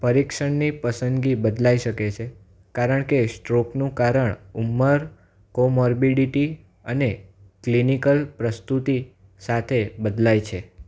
પરીક્ષણની પસંદગી બદલાઈ શકે છે કારણ કે સ્ટ્રોકનું કારણ ઉંમર કોમોરબીડિટી અને ક્લિનિકલ પ્રસ્તુતિ સાથે બદલાય છે